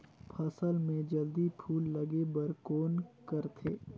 फसल मे जल्दी फूल लगे बर कौन करथे?